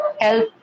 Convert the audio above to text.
help